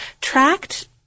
tracked